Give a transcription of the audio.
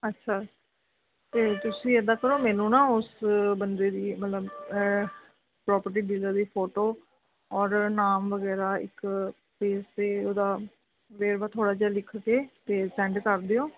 ਅੱਛਾ ਅਤੇ ਤੁਸੀਂ ਇੱਦਾਂ ਕਰੋ ਮੈਨੂੰ ਨਾ ਉਸ ਬੰਦੇ ਦੀ ਮਤਲਬ ਪ੍ਰੋਪਰਟੀ ਡੀਲਰ ਦੀ ਫੋਟੋ ਔਰ ਨਾਮ ਵਗੈਰਾ ਇੱਕ ਪੇਜ਼ 'ਤੇ ਉਹਦਾ ਵੇਰਵਾ ਥੋੜ੍ਹਾ ਜਿਹਾ ਲਿਖ ਕੇ ਅਤੇ ਸੈਂਡ ਕਰ ਦਿਓ